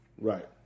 Right